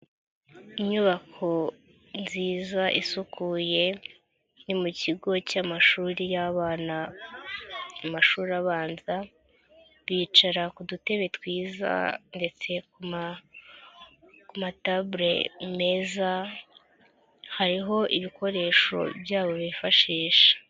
Inyubako nziza isukuye ni mu kigo cy'amashuri y'abana amashuri abanza bicara ku dutebe twiza ndetse ku matabure meza hariho ibikoresho byabo bifashisha.